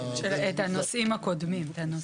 את הנושאים הקודמים.